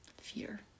fear